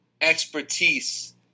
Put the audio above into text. expertise